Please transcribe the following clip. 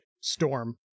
storm